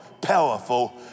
powerful